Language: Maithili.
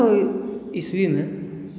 सोलह सए ईस्वीमे